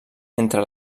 entre